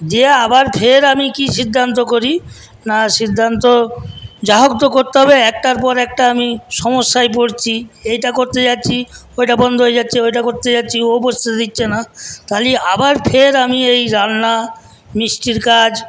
দিয়ে আবার ফের আমি কী সিদ্ধান্ত করি না সিদ্ধান্ত যা হোক তো করতে হবে একটার পর একটা আমি সমস্যায় পড়ছি এটা করতে যাচ্ছি ওটা বন্ধ হয়ে যাচ্ছে ওটা করতে যাচ্ছি ও বসতে দিচ্ছে না তাহলে আবার ফের আমি এই রান্না মিষ্টির কাজ